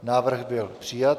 Návrh byl přijat.